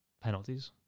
penalties